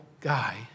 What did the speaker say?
guy